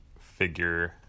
figure